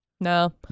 No